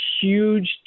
huge